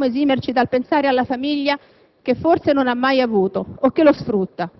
Nel vedere un bambino che mendica, non possiamo esimerci dal pensare alla famiglia che forse non ha mai avuto, o che lo sfrutta.